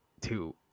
two